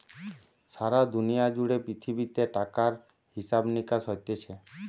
সারা দুনিয়া জুড়ে পৃথিবীতে টাকার হিসাব নিকাস হতিছে